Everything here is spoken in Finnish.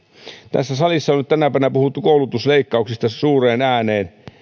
tässä salissa on tänä päivänä puhuttu koulutusleikkauksista suureen ääneen